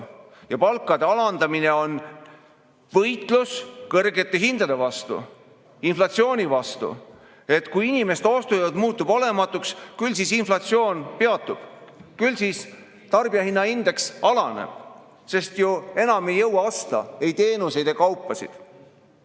Ja palkade alandamine on võitlus kõrgete hindade vastu, inflatsiooni vastu. Kui inimeste ostujõud muutub olematuks, küll siis inflatsioon peatub, küll siis tarbijahinnaindeks alaneb, sest enam ei jõua ju osta ei teenuseid ega kaupasid.